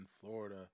Florida